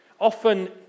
Often